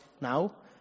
now